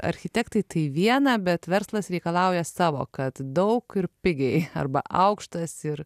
architektai tai viena bet verslas reikalauja savo kad daug ir pigiai arba aukštas ir